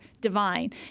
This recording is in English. divine